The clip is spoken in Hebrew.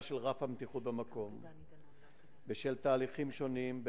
של רף המתיחות במקום בשל תהליכים שונים,